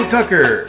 Tucker